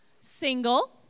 single